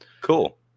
cool